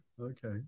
Okay